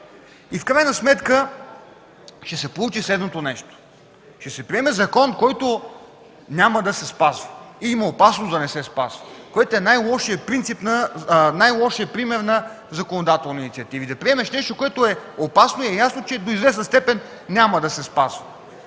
В крайна сметка ще се получи следното нещо: ще се приеме закон, който няма да се спазва и има опасност да не се спазва. Най-лошият пример на законодателна инициатива е да приемеш нещо, което е опасно и е ясно, че до известна стенен няма да се спазва.